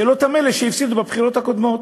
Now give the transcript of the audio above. של אותם אלה שהפסידו בבחירות הקודמות.